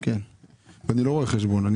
אני לא רואה חשבון.